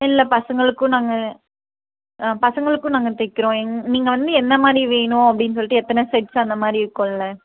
இல்லை பசங்களுக்கும் நாங்கள் பசங்களுக்கும் நாங்கள் தைக்கிறோம் நீங்கள் வந்து என்ன மாதிரி வேணும் அப்படின்னு சொல்லிவிட்டு எத்தனை செட்ஸ் அந்த மாதிரி இருக்கும்ல